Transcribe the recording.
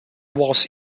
was